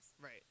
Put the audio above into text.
right